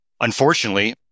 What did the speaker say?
Unfortunately